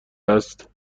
است